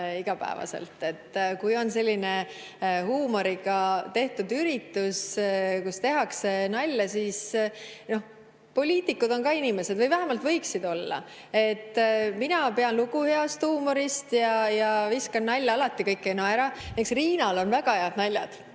liiga vähe nalja. Kui on selline huumoriga tehtud üritus, kus tehakse nalja … Poliitikud on ka inimesed või vähemalt võiksid olla. Mina pean lugu heast huumorist ja viskan nalja, alati kõik ei naera. Näiteks Riinal on väga head naljad.